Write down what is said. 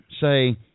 say